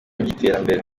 by’iterambere